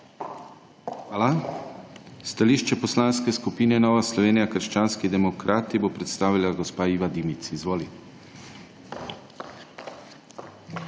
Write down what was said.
Hvala. Stališče Poslanske skupine Nova Slovenija – krščanski demokrati, bo predstavila gospa Iva Dimic. Izvolite.